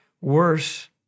worse